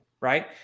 right